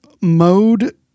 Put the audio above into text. Mode